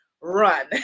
run